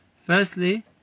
Firstly